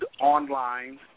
online